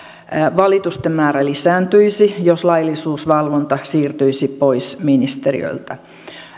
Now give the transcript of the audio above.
valitusten määrä lisääntyisi jos laillisuusvalvonta siirtyisi pois ministeriöltä